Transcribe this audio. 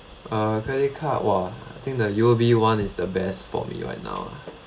uh credit card !wah! I think the U_O_B one is the best for me right now